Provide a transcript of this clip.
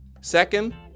Second